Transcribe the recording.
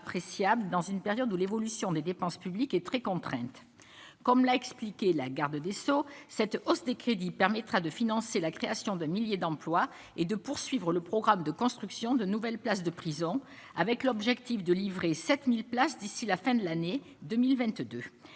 dans une période où l'évolution des dépenses publiques et très contrainte, comme l'a expliqué la garde des Sceaux, cette hausse des crédits permettra de financer la création de milliers d'emplois et de poursuivre le programme de construction de nouvelles places de prison, avec l'objectif de livrer 7000 places d'ici la fin de l'année 2022,